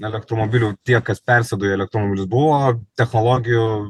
elektromobilių tie kas persėdo į elektromobilius buvo technologijų